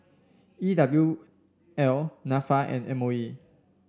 E W L NAFA and M O E